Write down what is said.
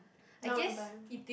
now no time